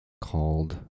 called